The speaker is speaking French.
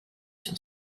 sur